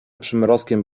przymrozkiem